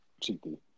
cheeky